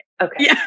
Okay